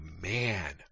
man